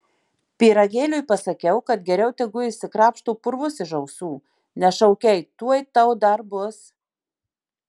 pyragėliui pasakiau kad geriau tegu išsikrapšto purvus iš ausų nes šaukei tuoj tau dar bus